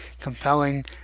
compelling